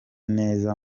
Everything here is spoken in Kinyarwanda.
neza